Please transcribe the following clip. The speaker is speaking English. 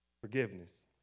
Forgiveness